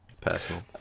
Personal